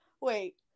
wait